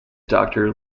doctor